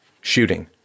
shooting